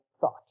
thought